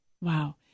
Wow